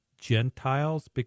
Gentiles